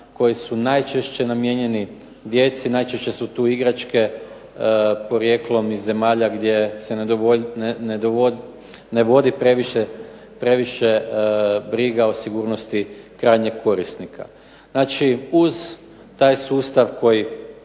koji su najčešće namijenjeni djeci, najčešće su tu igračke porijeklom iz zemalja gdje se ne vodi previše briga o sigurnosti krajnjeg korisnika. Znači, uz taj sustav na koji